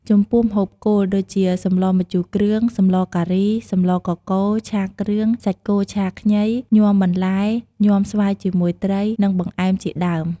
ចំពោះម្ហូបគោល ដូចជា សម្លម្ជូរគ្រឿង សម្លការី សម្លកកូរ ឆាគ្រឿង សាច់គោឆាខ្ញី ញាំបន្លែ ញាំស្វាយជាមួយត្រី និងបង្អែមជាដើម។